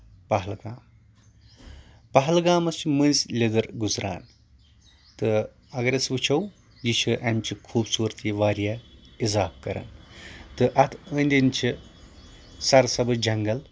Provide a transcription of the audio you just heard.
پہلگام پہلگامس چھِ مٔنزۍ لیٚدٕرِ گُزران تہٕ اَگر أسۍ وٕچھو یہِ چھِ اَمچہِ خوٗبصوٗرتی واریاہ اضافہٕ کران تہٕ اَتھ أنٛدۍ أنٛدۍ چھِ سر سَبٕز جنٛگل